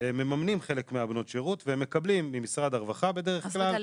הם מממנים חלק מבנות השירות והם מקבלים ממשרד הרווחה וחלק ממשרד החינוך.